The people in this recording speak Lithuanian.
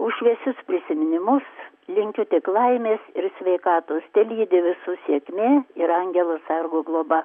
už šviesius prisiminimus linkiu tik laimės ir sveikatos telydi visus sėkmė ir angelo sargo globa